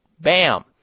bam